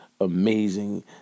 amazing